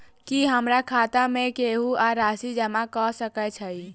की हमरा खाता मे केहू आ राशि जमा कऽ सकय छई?